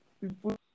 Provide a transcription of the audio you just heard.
people